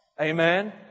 Amen